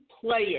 player